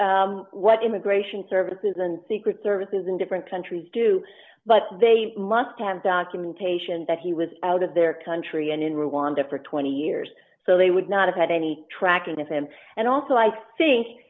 what immigration services and secret services in different countries do but they must have documentation that he was out of their country and in rwanda for twenty years so they would not have had any track and if and and also i think